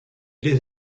les